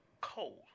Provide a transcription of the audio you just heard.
Cold